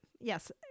yes